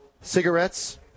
Cigarettes